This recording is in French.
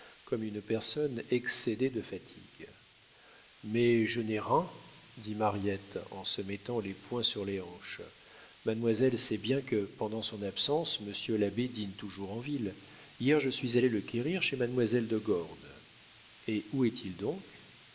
comme une personne excédée de fatigue mais je n'ai rin dit mariette en se mettant les poings sur les hanches mademoiselle sait bien que pendant son absence monsieur l'abbé dîne toujours en ville hier je suis allée le quérir chez mademoiselle de gordes où est-il donc